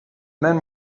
men